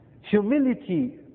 Humility